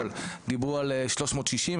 דיברו על תוכנית ׳360׳,